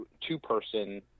two-person